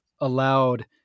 allowed